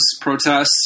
protests